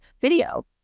video